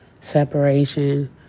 Separation